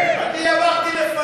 אני אמרתי לפניו.